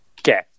Okay